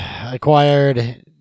acquired